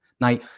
Now